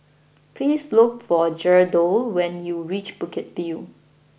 please look for Geraldo when you reach Bukit View